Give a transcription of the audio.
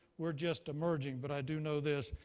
we're just emerging. but i do know this.